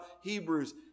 Hebrews